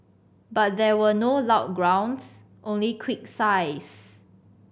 but there were no loud groans only quick sighs